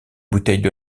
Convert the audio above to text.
bouteilles